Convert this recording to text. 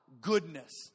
Goodness